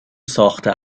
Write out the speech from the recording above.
ساخته